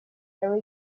there